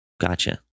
Gotcha